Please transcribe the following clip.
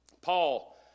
Paul